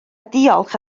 diolch